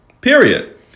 Period